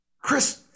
Chris